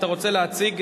אתה רוצה להציג?